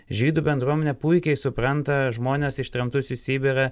žydų bendruomenė puikiai supranta žmones ištremtus į sibirą